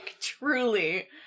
truly